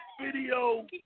video